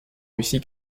russie